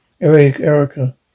Erica